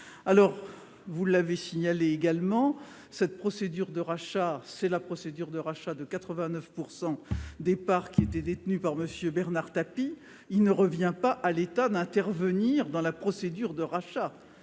alors vous l'avez signalé également cette procédure de rachat, c'est la procédure de rachat de 89 % des parts qui était détenu par Monsieur Bernard Tapie il ne revient pas à l'État d'intervenir dans la procédure de rachat,